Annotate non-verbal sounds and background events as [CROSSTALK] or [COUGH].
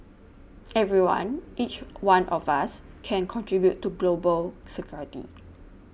[NOISE] everyone each one of us can contribute to global security